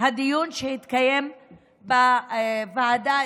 הדיון שהתקיים אצלי בוועדה,